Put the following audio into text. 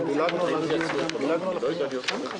כולם נחמדים,